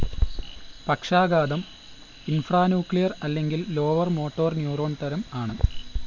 പക്ഷാഘാതം ഇൻഫ്രാന്യൂക്ലിയർ അല്ലെങ്കിൽ lower motor neuron തരം ആണ്